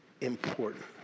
important